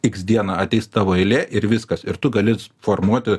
x dieną ateis tavo eilė ir viskas ir tu gali formuoti